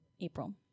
April